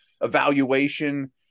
evaluation